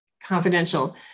confidential